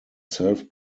self